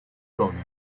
уровня